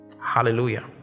hallelujah